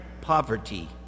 poverty